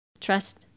Trust